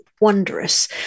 wondrous